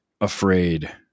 afraid